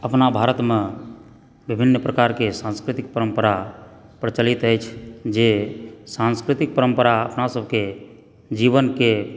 अपना भारतमे विभिन्न प्रकारकेँ सांस्कृतिक परम्परा प्रचलित अछि जे सांस्कृतिक परम्परा अपना सबके जीवनकेँ